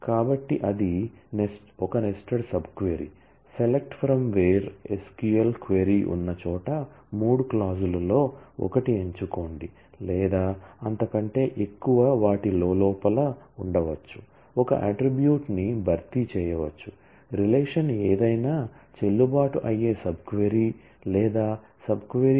కాబట్టి అది ఒక నెస్టెడ్ సబ్ క్వరీ